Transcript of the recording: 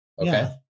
Okay